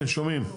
כן, שומעים.